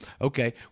Okay